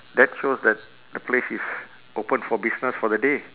that shows that the place is open for business for the day